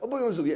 Obowiązuje.